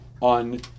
on